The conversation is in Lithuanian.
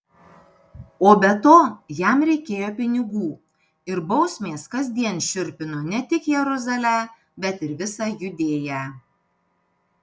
o be to jam reikėjo pinigų ir bausmės kasdien šiurpino ne tik jeruzalę bet ir visą judėją